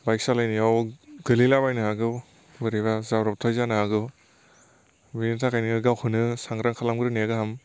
bike सालायनायाव गोलैला बायनो हागौ बोरैबा जाब्रबथाइ जानो हागौ बेनि थाखायनो गावखौनो सांग्रां खालामग्रोनाया गाहाम